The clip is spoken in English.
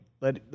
let